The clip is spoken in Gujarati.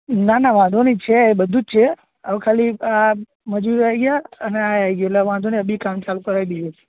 ના ના વાંધો નહીં છે બધું જ છે હવે ખાલી આ મજૂરો આવી ગયા અને આ એ આવી ગયું એટલે હવે વાંધો નહીં અબી કામ ચાલું કરાવી દઈએ